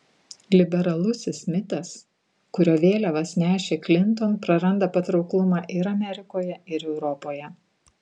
liberalusis mitas kurio vėliavas nešė klinton praranda patrauklumą ir amerikoje ir europoje